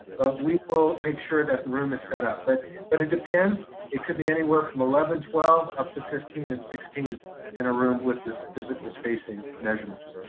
we will make sure that the room is set up. but but it depends, it could be anywhere from eleven, twelve, up to fifteen and sixteen in a room with this physical spacing measurements.